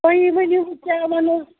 تُہی ؤنِو وۄنۍ کیاہ وَنو